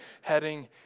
heading